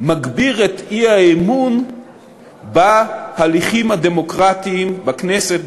מגביר את האי-אמון בהליכים הדמוקרטיים בכנסת,